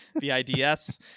V-I-D-S